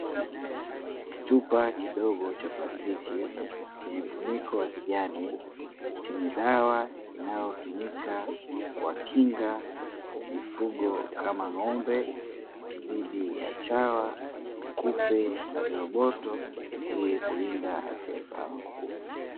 Kichupa kidogo cha plastiki chenye mfuniko wa kijani chenye dawa inayotumika kuwakinga mifugo kama ng'ombe dhidi ya: chawa, kupe, na viroboto ili kulinda afya zao.